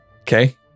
okay